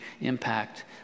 impact